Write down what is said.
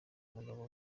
umugabo